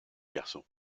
garçon